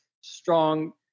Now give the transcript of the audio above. strong